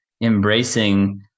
embracing